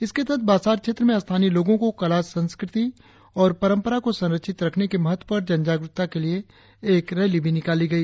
इसके तहत बासार क्षेत्र में स्थानीय लोगों की कला संस्कृति और परंपरा को संरक्षित रखने के महत्व पर जनजागरुकता के लिए एक रैली भी निकाली गई